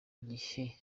gihe